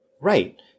right